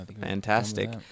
Fantastic